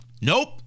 nope